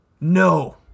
No